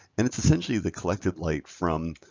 and it's essentially the collective light from